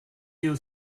you